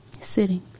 Sitting